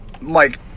Mike